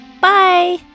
Bye